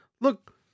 Look